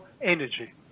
energy